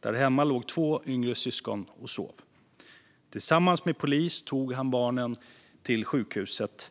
Därhemma låg två yngre syskon och sov. Tillsammans med polis tog han barnen till sjukhuset.